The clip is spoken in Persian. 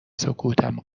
سکوتم